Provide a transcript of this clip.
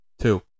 Two